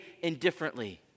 indifferently